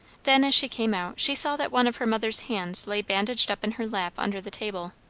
then, as she came out, she saw that one of her mother's hands lay bandaged up in her lap under the table.